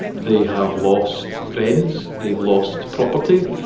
they have lost friends. they've lost property.